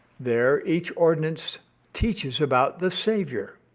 there each ordinance teaches about the savior.